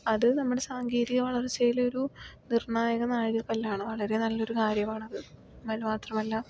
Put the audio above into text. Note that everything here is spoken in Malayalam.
അത് നമ്മുടെ സാങ്കേതിക വളർച്ചയിൽ ഒരു നിർണായക നാഴികക്കല്ലാണ് വളരെ നല്ലൊരു കാര്യമാണ് അത് അതിന് മാത്രമല്ല